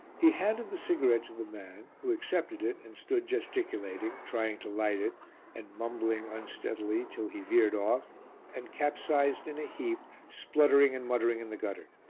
he handed the cigarette to the man who accepted it and stood gesticulating, trying to light it and mumbling unsteadily till he veered off and capsized in a heap, spluttering and muttering in the gutter.